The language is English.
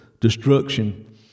destruction